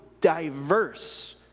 diverse